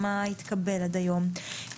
מה התקבל עד היום?